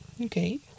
Okay